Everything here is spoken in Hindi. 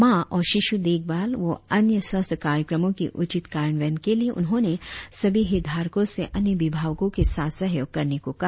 मां और शिशु देखभाल व अन्य स्वस्थ्य कार्यक्रमो की उचित कार्यान्वयन के लिए उन्होंने सभी हितधारको से अन्य विभागों के साथ सहयोग करने को कहा